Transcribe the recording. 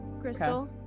Crystal